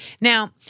now